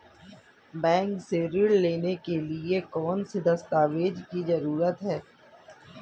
Bank से ऋण लेने के लिए कौन से दस्तावेज की जरूरत है?